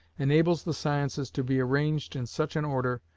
enables the sciences to be arranged in such an order,